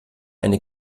eine